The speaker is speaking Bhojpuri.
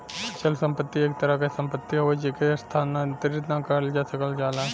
अचल संपत्ति एक तरह क सम्पति हउवे जेके स्थानांतरित न करल जा सकल जाला